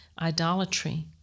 idolatry